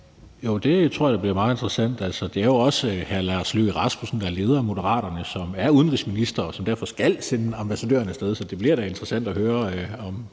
Jo, det tror jeg da bliver meget interessant. Altså, det er jo også hr. Lars Løkke Rasmussen, der er leder af Moderaterne, som er udenrigsminister, og som derfor skal sende ambassadøren af sted. Så det bliver da interessant at høre, om